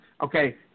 okay